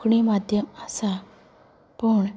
कोंकणी माध्यम आसा पूण